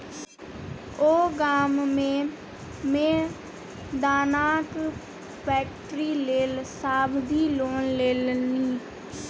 ओ गाममे मे दानाक फैक्ट्री लेल सावधि लोन लेलनि